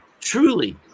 truly